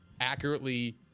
accurately